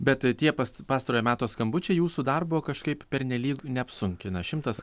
bet tie past pastarojo meto skambučiai jūsų darbo kažkaip pernelyg neapsunkina šimtas